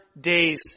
day's